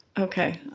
okay.